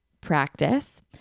practice